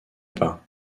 pas